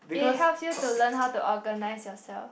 it helps you to learn how to organize yourself